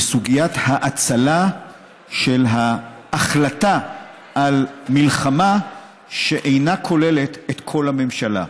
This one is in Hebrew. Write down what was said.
בסוגיית האצלה של ההחלטה על מלחמה שאינה כוללת את כל הממשלה.